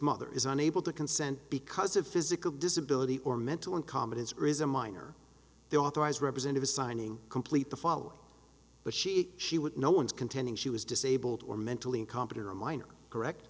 mother is unable to consent because of physical disability or mental incompetence or is a minor they authorized represent of assigning complete the following but she she would no one's contending she was disabled or mentally incompetent or a minor correct